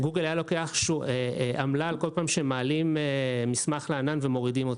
שגוגל היה לוקח עמלה בכל פעם שמעלים מסמך לענן ומורידים אותו.